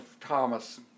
Thomas